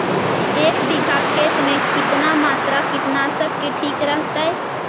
एक बीघा खेत में कितना मात्रा कीटनाशक के ठिक रहतय?